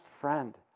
friend